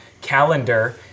calendar